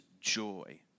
joy